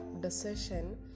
decision